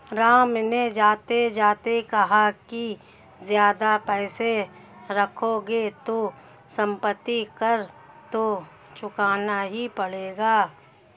राम ने जाते जाते कहा कि ज्यादा पैसे रखोगे तो सम्पत्ति कर तो चुकाना ही पड़ेगा